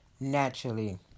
naturally